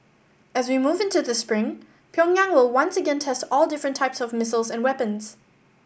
as we move into the spring Pyongyang will once again test all different types of missiles and weapons